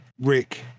Rick